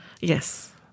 Yes